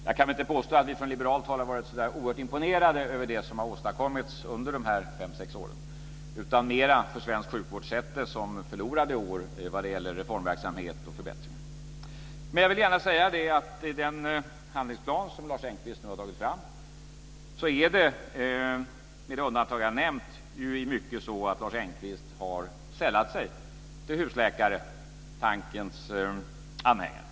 Jag kan inte påstå att vi från liberalt håll har varit så där oerhört imponerade över vad som har åstadkommits under de här fem sex åren utan mera för svensk sjukvård sett det som förlorade år vad gäller reformverksamhet och förbättringar. Jag vill gärna säga att i den handlingsplan som Lars Engqvist nu har tagit fram har Lars Engqvist, med de undantag jag har nämnt, i mycket sällat sig till husläkartankens anhängare.